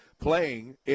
playing